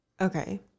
Okay